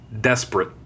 desperate